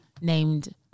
named